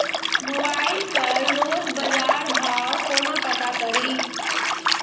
Mobile पर रोज बजार भाव कोना पता करि?